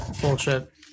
Bullshit